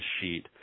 sheet